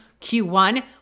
Q1